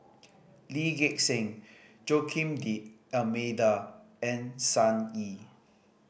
Lee Gek Seng Joaquim D'Almeida and Sun Yee